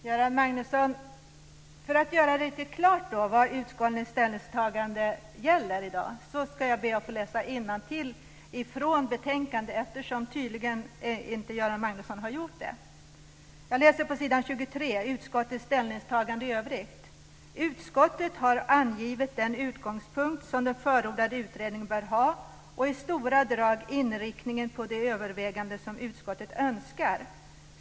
Fru talman! För att göra det riktigt klart vad utskottets ställningstagande i dag gäller, Göran Magnusson, ska jag be att få läsa innantill från betänkandet, eftersom Göran Magnusson tydligen inte har gjort det. Jag läser från utskottets ställningstagande i övrigt på s. 23. "Utskottet har angivit den utgångspunkt som den förordade utredningen bör ha och i stora drag inriktningen på de överväganden som utskottet önskar.